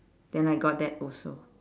then I got that also